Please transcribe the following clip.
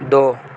دو